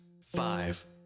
five